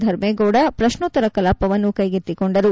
ಧರ್ಮೇಗೌದ ಪ್ರಶ್ನೋತ್ತರ ಕಲಾಪವನ್ನು ಕೈಗೆತ್ತಿಕೊಂಡರು